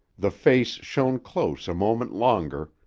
the face shone close a moment longer,